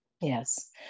Yes